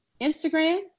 Instagram